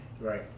Right